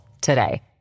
today